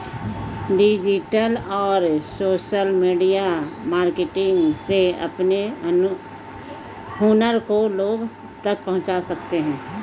digital और social media marketing से अपने हुनर को लोगो तक पहुंचा सकते है